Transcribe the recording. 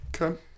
Okay